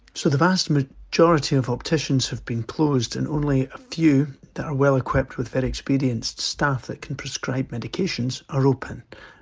so, the vast ah majority of opticians have been closed and only a few, that are well equipped with very experienced staff that can prescribe medications, are open.